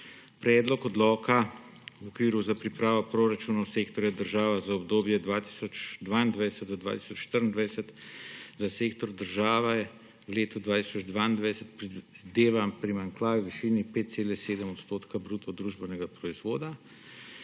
Predlog odloka v okviru za pripravo proračunov sektorja država za obdobje od 2022 do 2024 za sektor država v letu 2022 predvideva primanjkljaj v višini 5,7 % bruto družbenega proizvoda,